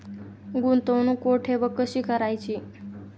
गुंतवणूक कुठे व कशी करायची?